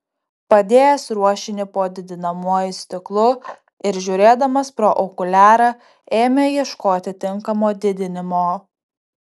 padėjęs ruošinį po didinamuoju stiklu ir žiūrėdamas pro okuliarą ėmė ieškoti tinkamo didinimo